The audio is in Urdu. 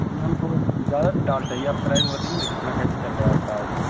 جی ہم کو زیادہ تار چاہیے آپ پرائز بتائیے نا کتنا کیسے چل رہا اب تار